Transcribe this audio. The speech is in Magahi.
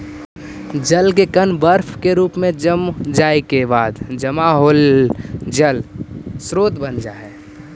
जल के कण बर्फ के रूप में जम जाए के बाद जमा होल जल स्रोत बन जा हई